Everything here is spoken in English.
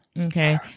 okay